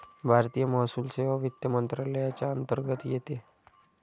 भारतीय महसूल सेवा वित्त मंत्रालयाच्या अंतर्गत येते